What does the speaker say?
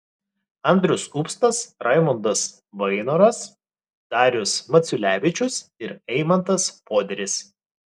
andrius upstas raimundas vainoras darius maciulevičius ir eimantas poderis